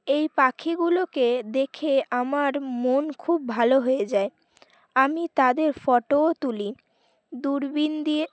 এই পাখিগুলোকে দেখে আমার মন খুব ভালো হয়ে যায় আমি তাদের ফটোও তুলি দূরবীন দিয়ে